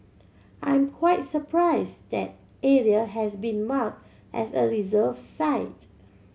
I'm quite surprise that area has been mark as a reserve site